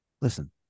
listen